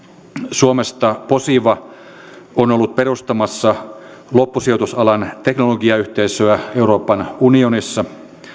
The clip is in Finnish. suomesta posiva on ollut perustamassa loppusijoitusalan teknologiayhteisöä euroopan unionissa